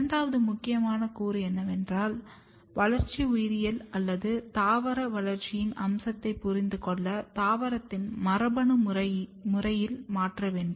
இரண்டாவது முக்கியமான கூறு என்னவென்றால் வளர்ச்சி உயிரியல் அல்லது தாவர வளர்ச்சியின் அம்சத்தைப் புரிந்து கொள்ள தாவரத்தை மரபணு முறையில் மாற்ற வேண்டும்